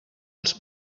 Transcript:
els